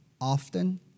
often